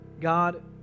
God